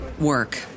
work